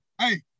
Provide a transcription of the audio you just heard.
hey